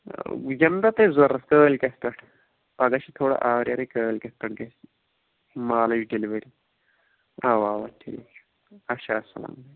وُنِکیٚن ما پیٚن ضروٗرت کالۍکیٚتھ پٮ۪ٹھ پگاہ چھِ تھوڑا آوریرٕے کالۍکیٚتھ پٮ۪ٹھ گژھِ مالٕچ ڈِیلؤری اَوا اَوا ٹھیٖک چھُ اچھا السلامُ علیکُم